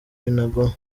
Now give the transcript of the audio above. binagwaho